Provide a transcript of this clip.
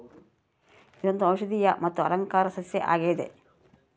ಇದೊಂದು ಔಷದಿಯ ಮತ್ತು ಅಲಂಕಾರ ಸಸ್ಯ ಆಗಿದೆ